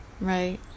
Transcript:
Right